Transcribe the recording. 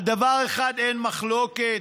על דבר אחד אין מחלוקת,